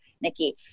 Nikki